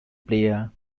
player